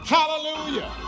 Hallelujah